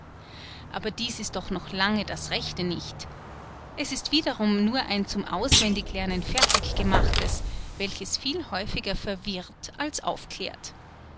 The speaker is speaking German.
aber dies ist doch noch lange das rechte nicht es ist wiederum nur ein zum auswendiglernen fertig gemachtes welches viel häufiger verwirrt als aufklärt